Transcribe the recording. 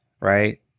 Right